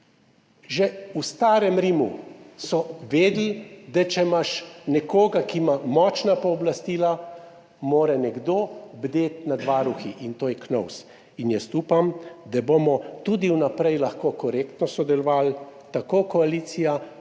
Že v starem Rimu so vedeli, da če imaš nekoga, ki ima močna pooblastila, mora nekdo bdeti nad varuhi, in to je KNOVS. In jaz upam, da bomo tudi vnaprej lahko korektno sodelovali, tako koalicija